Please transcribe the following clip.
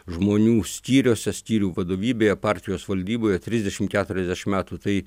žmonių skyriuose skyrių vadovybėje partijos valdyboje trisdešimt keturiasdešimt metų tai